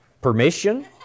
permission